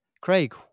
Craig